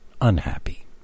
unhappy